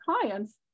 clients